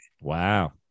Wow